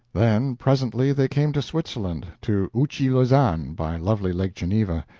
then, presently, they came to switzerland, to ouchy-lausanne, by lovely lake geneva,